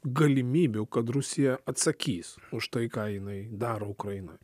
galimybių kad rusija atsakys už tai ką jinai daro ukrainoj